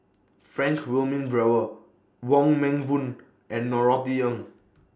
Frank Wilmin Brewer Wong Meng Voon and Norothy Ng